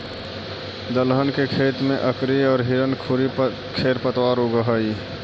दलहन के खेत में अकरी औउर हिरणखूरी खेर पतवार उगऽ हई